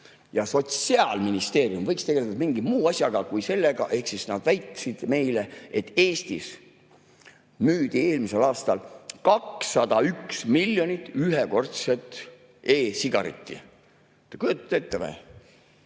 Sotsiaalministeerium võiks tegeleda mingi muu asjaga kui sellega. Nad väitsid meile, et Eestis müüdi eelmisel aastal 201 miljonit ühekordset e‑sigaretti. Kujutate